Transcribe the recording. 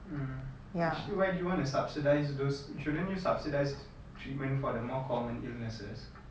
mm actually you why do you want to subsidise those shouldn't you subsidise treatment for the more common illnesses